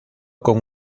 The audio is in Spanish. con